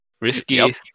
risky